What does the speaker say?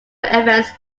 events